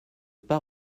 pas